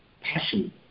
passion